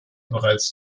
bereits